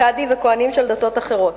קאדי וכוהנים של דתות אחרות.